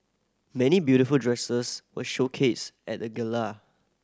many beautiful dresses were showcased at the gala